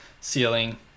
ceiling